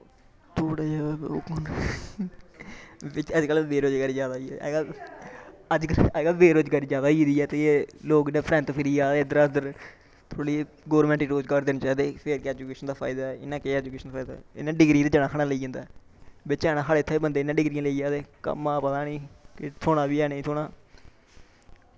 थोह्ड़ा जा बिच्च अज कल बरोजगारी जादा होई गेदी अज कल अज कल बरोजगारी जादा होई गेदी ऐ ते लोग फरैंत फिरी जा दे इध्दरा उध्दर थोह्ड़ा गौरमैंट गी रोजगार देना चाही दा फिर गै ऐजुकेशन दा फायदा ऐ इयां केह् फायदा ऐ इयां डिग्री ते जना खनां लेई जंदा ऐ बिच्च हैन साढ़ै इत्थें बंदे इयां डिग्रियां लेई जा दे कम्मा दा पता नी के थ्होना ही ऐ जां नेंई थ्होना